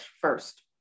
first